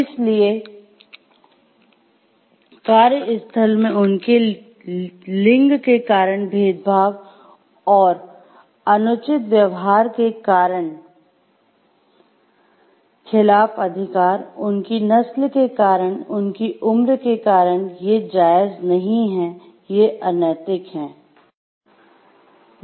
इसलिए कार्यस्थल में उनके लिंग के कारण भेदभाव और अनुचित व्यवहार के खिलाफ अधिकार उनकी नस्ल के कारण उनकी उम्र के कारण ये जायज नहीं है ये अनैतिक है